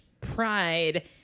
pride